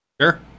Sure